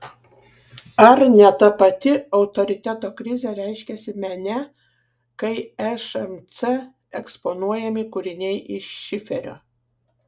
ar ne ta pati autoriteto krizė reiškiasi mene kai šmc eksponuojami kūriniai iš šiferio